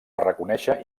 reconèixer